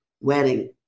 wedding